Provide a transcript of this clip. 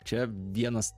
čia vienas